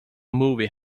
movie